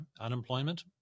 unemployment